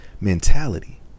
mentality